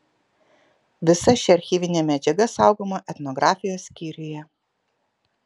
visa ši archyvinė medžiaga saugoma etnografijos skyriuje